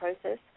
process